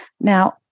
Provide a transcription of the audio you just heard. Now